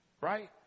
Right